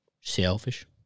Selfish